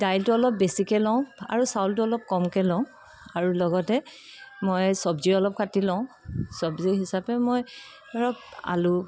দাইলটো অলপ বেছিকৈ লওঁ আৰু চাউলটো অলপ কমকৈ লওঁ আৰু লগতে মই চবজি অলপ কাটি লওঁ চবজি হিচাপে মই ধৰক আলু